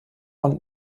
und